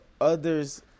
others